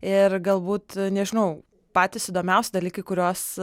ir galbūt nežinau patys įdomiausi dalykai kuriuos